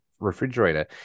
refrigerator